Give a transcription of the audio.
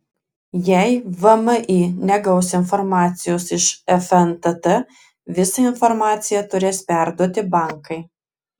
jei vmi negaus informacijos iš fntt visą informaciją turės perduoti bankai